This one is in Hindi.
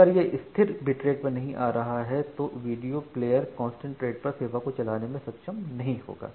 अगर यह स्थिर बिटरेट पर नहीं आ रहा है तो वीडियो प्लेयर कांस्टेंट रेट पर सेवा को चलाने में सक्षम नहीं होगा